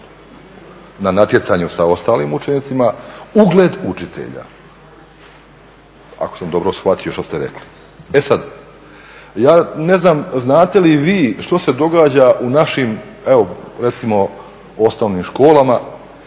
na natjecanju sa ostalim učenicima ugled učitelja, ako sam dobro shvatio što ste rekli. E sad, ja ne znam znate li vi što se događa u našim evo recimo osnovnim školama